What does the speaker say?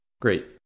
Great